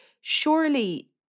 surely